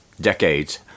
decades